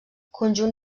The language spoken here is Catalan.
conjunt